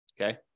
Okay